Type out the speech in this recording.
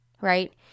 right